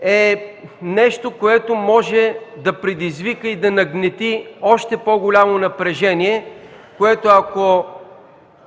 е нещо, което може да предизвика и да нагнети още по-голямо напрежение което, ако